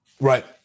right